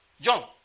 John